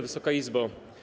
Wysoka Izbo!